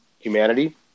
humanity